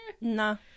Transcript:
No